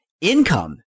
income